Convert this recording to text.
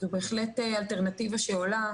זו בהחלט אלטרנטיבה שעולה,